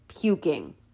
puking